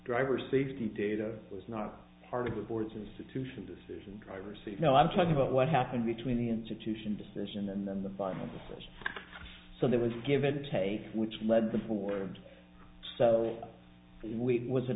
driver safety data was not part of the board's institution decision driver so you know i'm talking about what happened between the institution decision and then the final decision so there was given to take which led before and so we was